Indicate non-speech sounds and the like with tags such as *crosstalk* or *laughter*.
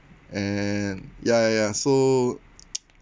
and ya ya ya so *noise*